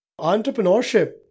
Entrepreneurship